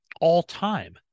All-time